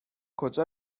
کجا